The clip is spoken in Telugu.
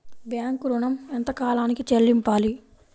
బ్యాంకు ఋణం ఎంత కాలానికి చెల్లింపాలి?